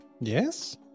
Yes